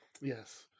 Yes